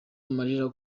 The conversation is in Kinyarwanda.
amarira